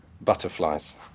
butterflies